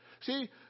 See